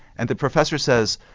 and the professor says,